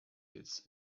it’s